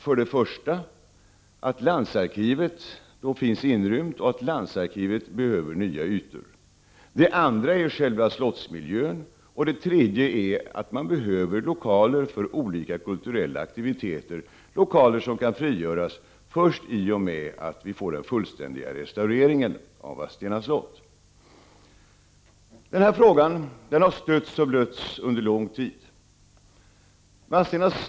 För det första behöver landsarkivet, som finns inrymt i slottet, nya ytor. För det andra åberopas själva slottsmiljön. För det tredje behövs lokaler för olika kulturaktiviteter. Lokalerna kan frigöras först efter det att vi har fått en fullständig restaurering av Vadstena slott. Denna fråga har stötts och blötts under lång tid.